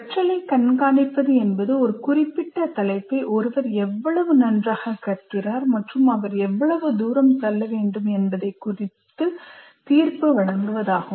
கற்றலைக் கண்காணிப்பது என்பது ஒரு குறிப்பிட்ட தலைப்பை ஒருவர் எவ்வளவு நன்றாக கற்கிறார் மற்றும் அவர் எவ்வளவு தூரம் செல்ல வேண்டும் என்பதைக் குறித்து தீர்ப்பு வழங்குவதாகும்